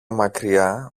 μακριά